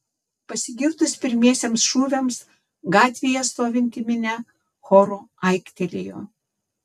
pasigirdus pirmiesiems šūviams gatvėje stovinti minia choru aiktelėjo